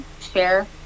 share